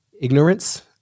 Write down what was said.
ignorance